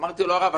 אמרתי לו: הרב,